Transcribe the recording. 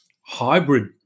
hybrid